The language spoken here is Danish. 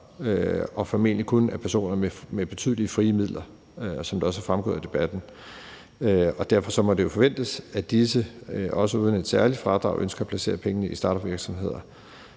og formentlig kun af personer med betydelige frie midler, som det også er fremgået af debatten, og derfor må det jo forventes, at disse også uden et særligt fradrag ønsker at placere pengene i startupvirksomheder.